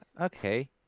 okay